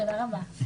תודה רבה.